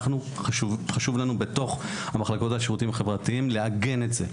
אנחנו חשוב לנו בתוך המחלקות לשירותים חברתיים לעגן את זה.